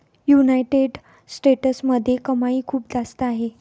United स्टेट्समध्ये कमाई खूप जास्त आहे